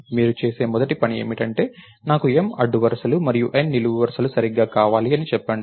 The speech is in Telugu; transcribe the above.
మీరు చేసే మొదటి పని ఏమిటంటే నాకు M అడ్డు వరుసలు మరియు N నిలువు వరుసలు సరిగ్గా కావాలి అని చెప్పండి